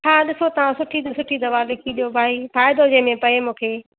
हा ॾिसो तव्हां सुठी में सुठी दवा लिखी ॾियो भाई फ़ाइदो जंहिंमें पए मूंखे